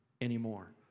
anymore